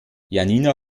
janina